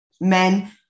men